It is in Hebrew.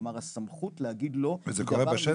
כלומר הסמכות להגיד לא היא דבר --- וזה קורה בשטח,